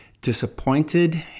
disappointed